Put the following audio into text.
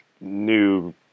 new